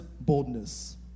boldness